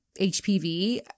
HPV